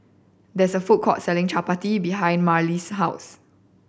there is a food court selling chappati behind Marely's house